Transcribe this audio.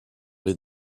les